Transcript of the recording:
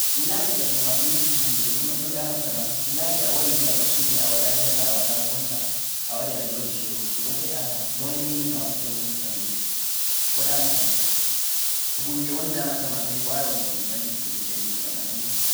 mi lari ɓerde maa ɗo metti hannde ɗo, ɗume un damatamaa, milari ni a wari a ɗo suni a walaa jala, a walaa bolla, a wari a ɗo joɗi shiru, ɗume feaata, mo meemi maa Useni yeccam leh. Ko daamata maa? huunnde on daamata ma to min waawi waɗugo mi ballittitte useni yeccam anani